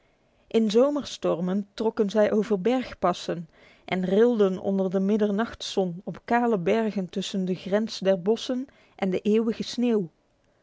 in zomerstormen trokken zij over bergpassen en rilden onder de middernachtzon op kale bergen tussen de grens der bossen en de eeuwige sneeuw